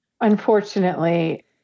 unfortunately